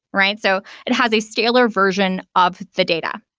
right? so it has a scaler version of the data.